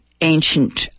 ancient